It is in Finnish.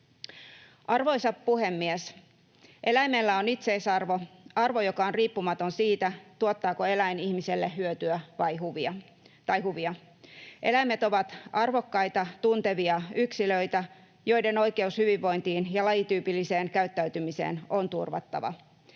Arvoisa puhemies! Eläimellä on itseisarvo, arvo, joka on riippumaton siitä, tuottaako eläin ihmiselle hyötyä tai huvia. Eläimet ovat arvokkaita, tuntevia yksilöitä, joiden oikeus hyvinvointiin ja lajityypilliseen käyttäytymiseen on turvattava.